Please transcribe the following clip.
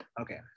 Okay